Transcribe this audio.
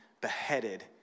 beheaded